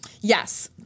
Yes